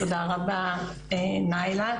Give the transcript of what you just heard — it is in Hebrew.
תודה רבה נאילה,